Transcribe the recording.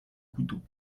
couteau